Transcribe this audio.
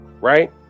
Right